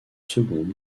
seconde